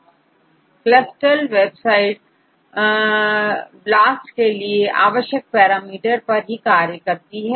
CLUSTAL W यह website BLAST के लिए आवश्यक पैरामीटर पर ही कार्य करती है